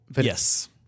Yes